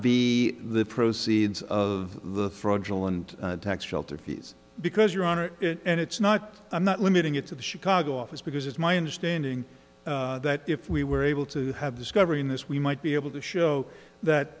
be the proceeds of the fraudulent tax shelter fees because your honor and it's not i'm not limiting it to the chicago office because it's my understanding that if we were able to have discovery in this we might be able to show that